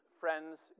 friends